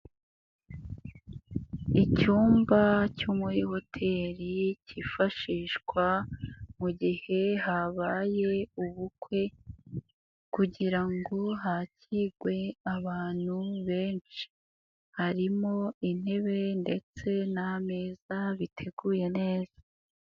Icyumba cyo muri hoteli cyifashishwa mu gihe habaye ubukwe kugira ngo hakirwe abantu benshi, harimo intebe ndetse n'ameza biteguye neza.